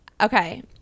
okay